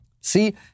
See